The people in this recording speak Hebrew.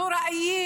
הנוראיים,